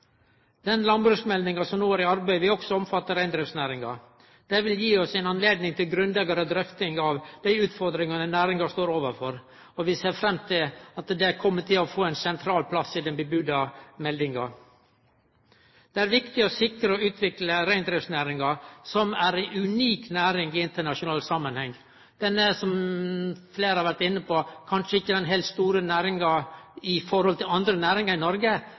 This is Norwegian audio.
Den landbruksmeldinga som no er i arbeid, vil også omfatte reindriftsnæringa. Det vil gi oss ei anledning til grundigare drøfting av dei utfordringane næringa står overfor, og vi ser fram til at den kjem til å få ein sentral plass i den varsla meldinga. Det er viktig å sikre og utvikle reindriftsnæringa, som er ei unik næring i internasjonal samanheng. Den er, som fleire har vore inne på, kanskje ikkje den heilt store næringa i forhold til andre næringar i Noreg,